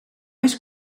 oes